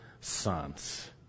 sons